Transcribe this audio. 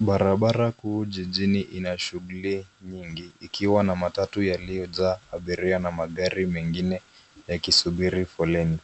Barabara kuu jijini ina shughuli nyingi, ikiwa na matatu yaliyojaa abiria na magari mengine yakisubiri foleni.